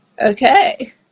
Okay